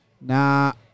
Now